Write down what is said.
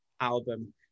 album